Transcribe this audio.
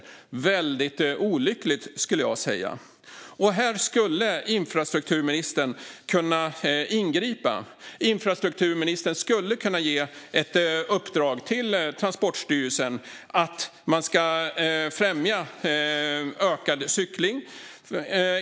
Det är väldigt olyckligt, skulle jag säga. Här skulle infrastrukturministern kunna ingripa. Infrastrukturministern skulle kunna ge ett uppdrag till Transportstyrelsen att främja ökad cykling.